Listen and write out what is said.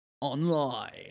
online